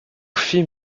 fit